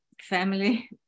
family